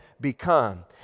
become